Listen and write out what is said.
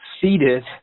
seated